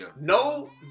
No